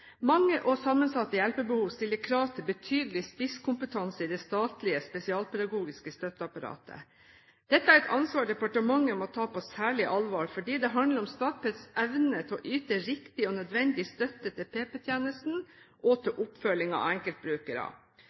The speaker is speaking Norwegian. Mange og sammensatte hjelpebehov stiller krav til betydelig spisskompetanse i det statlige spesialpedagogiske støtteapparatet. Dette er et ansvar departementet må ta på særlig alvor, fordi det handler om Statpeds evne til å yte riktig og nødvendig støtte til PP-tjenesten og til oppfølging av enkeltbrukere.